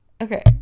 Okay